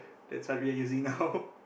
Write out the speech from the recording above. that's what we're using now